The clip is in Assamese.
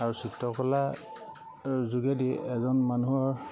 আৰু চিত্ৰকলাৰ যোগেদি এজন মানুহৰ